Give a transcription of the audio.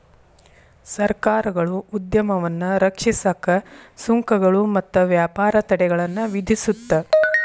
ಸರ್ಕಾರಗಳು ಉದ್ಯಮವನ್ನ ರಕ್ಷಿಸಕ ಸುಂಕಗಳು ಮತ್ತ ವ್ಯಾಪಾರ ತಡೆಗಳನ್ನ ವಿಧಿಸುತ್ತ